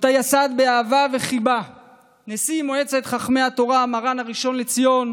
שאותה ייסד באהבה וחיבה נשיא מועצת חכמי התורה המר"ן הראשון לציון,